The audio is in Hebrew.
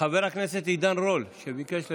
חבר הכנסת עידן רול שביקש לדבר,